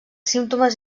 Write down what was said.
símptomes